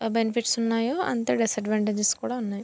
benefits ఉన్నాయో అంతే disadvantages కూడా ఉన్నాయి